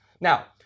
Now